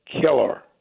killer